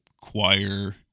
choir